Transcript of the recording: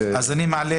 אני מעלה